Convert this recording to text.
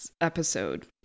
episode